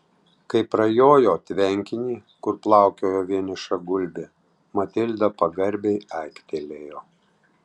kai prajojo tvenkinį kur plaukiojo vieniša gulbė matilda pagarbiai aiktelėjo